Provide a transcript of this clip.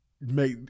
Make